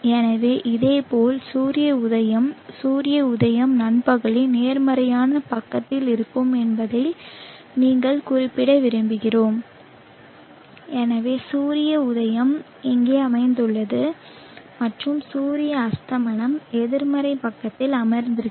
எனவே இதேபோல் சூரிய உதயம் சூரிய உதயம் நண்பகலின் நேர்மறையான பக்கத்தில் இருக்கும் என்பதை நீங்கள் குறிப்பிட விரும்புகிறோம் எனவே சூரிய உதயம் இங்கே அமைந்துள்ளது மற்றும் சூரிய அஸ்தமனம் எதிர்மறை பக்கத்தில் அமைந்திருக்கும்